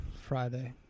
Friday